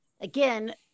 again